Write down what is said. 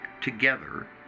together